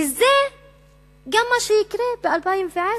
וזה גם מה שיקרה ב-2010,